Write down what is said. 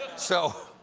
so,